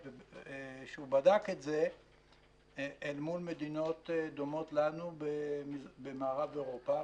שהוא בדק את זה אל מול מדינות דומות לנו במערב אירופה,